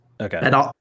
Okay